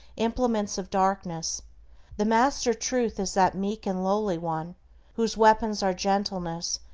implements of darkness the master truth is that meek and lowly one whose weapons are gentleness,